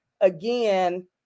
again